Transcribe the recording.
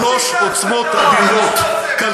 שלוש עוצמות אדירות, עשית הסתה.